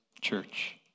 church